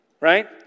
Right